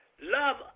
love